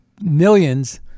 millions